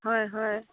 হয় হয়